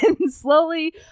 slowly